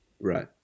Right